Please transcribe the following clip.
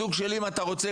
סוג של אם אתה רוצה